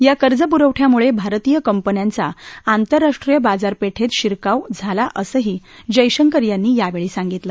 या कर्जपुरवठयामुळभिरतीय कंपन्यांचा आंतरराष्ट्रीय बाजारपळीशिरकाव झाला असंही जयशंकर यांनी यावळी सांगितलं